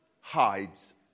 hides